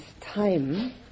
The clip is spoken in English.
time